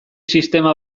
sistema